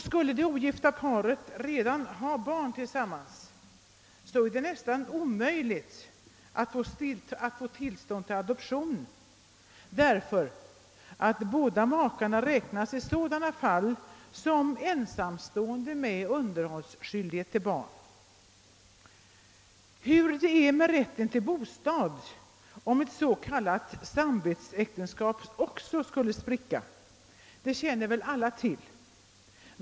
Skulle det ogifta paret redan ha barn tillsamman är det nästan omöjligt att få tillstånd till adoption därför att båda parter i sådana fall räknas som ensamstående med underhållsskyldighet för barn. Hur det är med rätten till bostad om ett s.k. samvetsäktenskap också skulle spricka känner väl alla till.